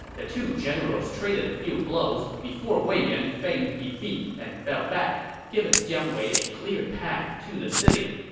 the two generals traded a few blows before wei yan feigned defeat and fell back, giving jiang wei a clear path to the city.